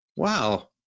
Wow